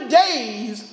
days